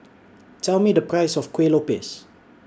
Tell Me The Price of Kueh Lopes